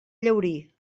llaurí